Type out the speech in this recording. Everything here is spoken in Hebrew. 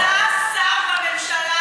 אתה שר בממשלה,